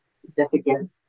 significant